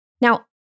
Now